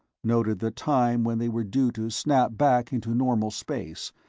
noted the time when they were due to snap back into normal space,